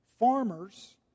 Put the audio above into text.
Farmers